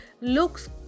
looks